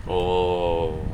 oh